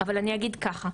אבל אני אגיד ככה,